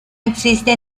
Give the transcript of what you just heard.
existe